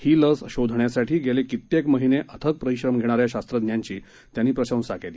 ही लस शोधण्यासाठी गेले कित्येक महिने अथक परिश्रम करणाऱ्या शास्त्रज्ञांची त्यांनी प्रशंसा केली